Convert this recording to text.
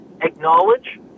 acknowledge